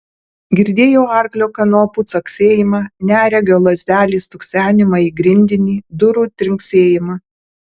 girdėjau arklio kanopų caksėjimą neregio lazdelės stuksenimą į grindinį durų trinksėjimą